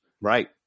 Right